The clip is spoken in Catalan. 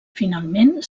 finalment